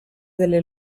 delle